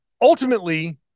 ultimately